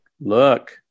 look